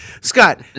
Scott